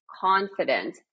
confident